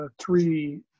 three